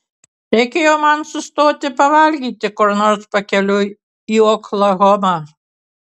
reikėjo man sustoti pavalgyti kur nors pakeliui į oklahomą